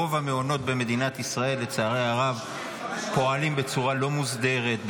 רוב המעונות במדינת ישראל פועלים בצורה לא מוסדרת,